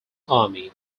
army